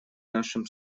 нашим